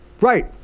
Right